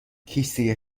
کیسه